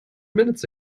minutes